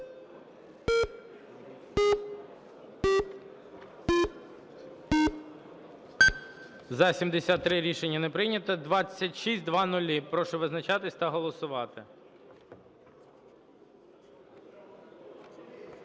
За-70 Рішення не прийнято. 2600. Прошу визначатися та голосувати.